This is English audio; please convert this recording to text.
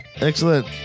Excellent